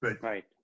Right